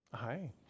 Hi